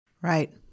Right